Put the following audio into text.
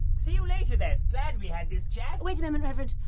see you later then, glad we had this chat! wait a moment, reverend.